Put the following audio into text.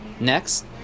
Next